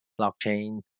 blockchain